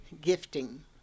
gifting